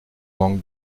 manque